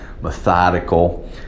methodical